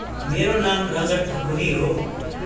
मेरो नाम रजत ठकुरी हो